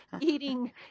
eating